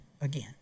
again